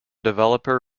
developer